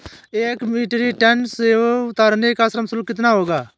एक metric tonne सेव उतारने का श्रम शुल्क कितना होगा?